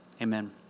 Amen